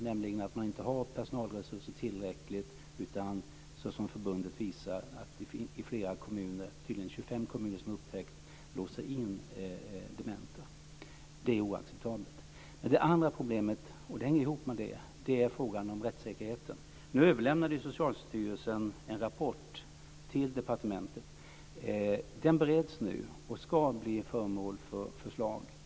Man har inte tillräckligt med personalresurser utan, så som förbundet visar, det är tydligen flera kommuner, 25 kommuner, som låser in dementa. Det är oacceptabelt. Det andra problemet, som hänger ihop med detta, är frågan om rättssäkerheten. Nu överlämnade Socialstyrelsen en rapport till departementet. Den bereds nu och ska bli föremål för förslag.